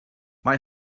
mae